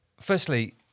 firstly